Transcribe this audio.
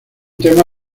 tema